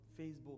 Facebook